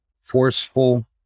forceful